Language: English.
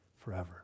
forever